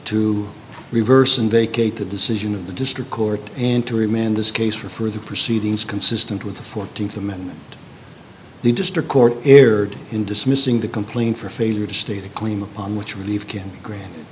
to reverse and vacate the decision of the district court and to remand this case for further proceedings consistent with the fourteenth amendment the district court erred in dismissing the complaint for failure to state a claim upon which relief can grant